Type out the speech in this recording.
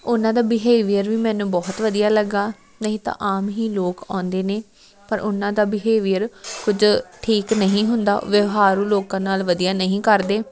ਉਹਨਾਂ ਦਾ ਬਿਹੇਵੀਅਰ ਵੀ ਮੈਨੂੰ ਬਹੁਤ ਵਧੀਆ ਲੱਗਿਆ ਨਹੀਂ ਤਾਂ ਆਮ ਹੀ ਲੋਕ ਆਉਂਦੇ ਨੇ ਪਰ ਉਹਨਾਂ ਦਾ ਬਿਹੇਵੀਅਰ ਕੁਝ ਠੀਕ ਨਹੀਂ ਹੁੰਦਾ ਵਿਵਹਾਰ ਉਹ ਲੋਕਾਂ ਨਾਲ ਵਧੀਆ ਨਹੀਂ ਕਰਦੇ